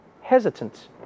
hesitant